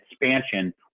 expansion